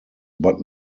but